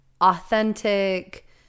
authentic